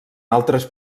altres